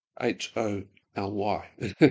H-O-L-Y